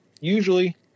usually